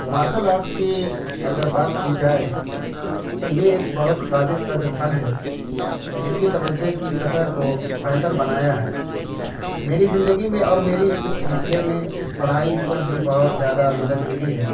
martial art کی اگر بات کی جائے تو یہ ایک بہت قابل قدر فن ہے جس کی توجہ کی سطح کو بہتر بنایا ہے میری زندگی میں اور میری اس سلسلے میں پڑھائی پر بھی بہت زیادہ مدد ملی ہے